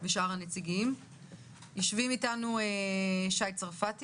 יושבים איתנו שי צרפתי